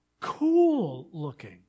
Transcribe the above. cool-looking